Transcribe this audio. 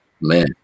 man